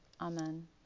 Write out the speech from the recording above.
Amen